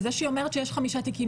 וזה שהיא אומרת שיש חמישה תיקים,